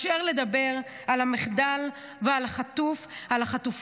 מאשר לדבר על המחדל ועל החטופים,